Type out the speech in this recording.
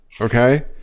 okay